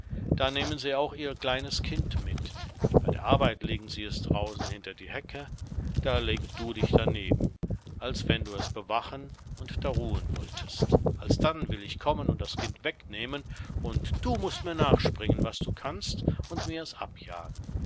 da nehmen sie auch ihr kleines kind mit bei der arbeit legen sie das draußen hinter die hecke da leg du dich daneben als wenn du es bewachen und da ruhen wolltest alsdann will ich kommen und das kind wegnehmen und du mußt mir nachspringen was du kannst und mir es abjagen